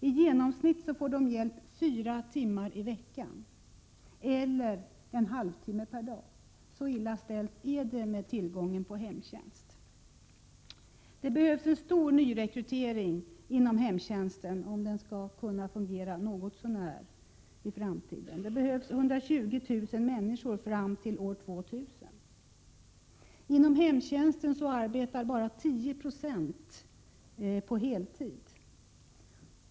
I genomsnitt får de hjälp fyra timmar i veckan eller en halvtimme per dag. Så illa ställt är det med tillgången på hemtjänst. Det behövs en stor nyrekrytering inom hemtjänsten, om den i framtiden skall kunna fungera något så när. Det behövs 120 000 människor fram till år 2000. Inom hemtjänsten arbetar bara 10 96 på heltid.